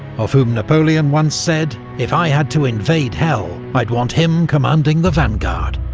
of whom napoleon once said, if i had to invade hell, i'd want him commanding the vanguard.